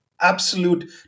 absolute